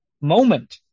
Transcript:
moment